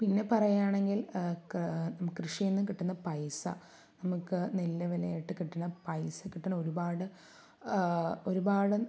പിന്നെ പറയുകയാണെങ്കില് കൃഷിയില് നിന്നു കിട്ടുന്ന പൈസ നമുക്ക് നെല്ല് വിലയായിട്ട് കിട്ടുന്ന പൈസ കിട്ടുന്ന ഒരുപാട് ഒരുപാട്